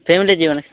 family ଯିବ ନାଁ